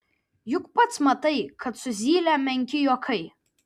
juk pats matai kad su zyle menki juokai